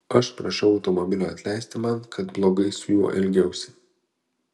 aš prašau automobilio atleisti man kad blogai su juo elgiausi